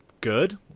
good